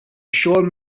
xogħol